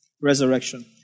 resurrection